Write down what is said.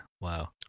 Wow